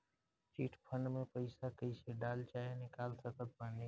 Chit fund मे पईसा कईसे डाल चाहे निकाल सकत बानी?